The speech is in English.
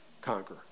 conquer